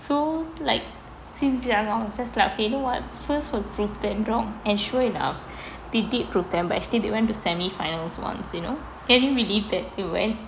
so like since young I was just like okay you know what spurs would prove them wrong and sure enough they did prove them but actually they went to semi finals once you know can you believe that they went